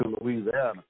Louisiana